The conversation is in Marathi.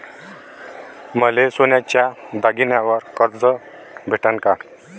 मले सोन्याच्या दागिन्यावर कर्ज भेटन का?